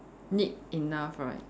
need enough right